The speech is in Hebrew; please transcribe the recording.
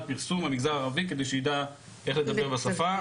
פרסום מהמגזר הערבי כדי שהוא יידע איך לדבר את השפה.